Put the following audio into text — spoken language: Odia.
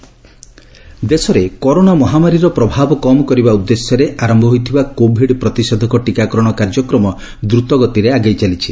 କୋଭିଡ୍ ଟିକାକରଣ ଦେଶରେ କରୋନା ମହାମାରୀର ପ୍ରଭାବ କମ୍ କରିବା ଉଦ୍ଦେଶ୍ୟରେ ଆରମ୍ଭ ହୋଇଥିବା କୋଭିଡ୍ ପ୍ରତିଷେଧକ ଟିକାକରଣ କାର୍ଯ୍ୟକ୍ରମ ଦ୍ରତ ଗତିରେ ଆଗେଇ ଚାଲିଛି